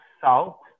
salt